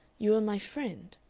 you were my friend.